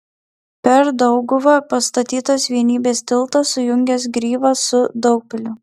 per dauguvą pastatytas vienybės tiltas sujungęs gryvą su daugpiliu